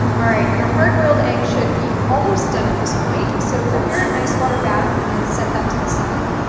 alright, your hard boiled eggs should be almost done at this point, so prepare an ice water bath and then set that to the side.